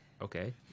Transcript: Okay